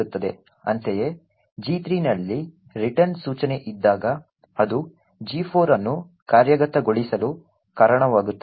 ಅಂತೆಯೇ G3 ನಲ್ಲಿ return ಸೂಚನೆ ಇದ್ದಾಗ ಅದು G4 ಅನ್ನು ಕಾರ್ಯಗತಗೊಳಿಸಲು ಕಾರಣವಾಗುತ್ತದೆ